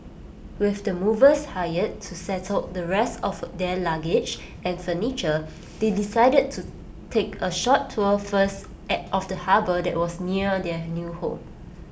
with the movers hired to settle the rest of their luggage and furniture they decided to take A short tour first of the harbour that was near their new home